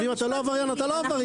ואם אתה לא עבריין אז אתה לא עבריין.